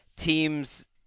teams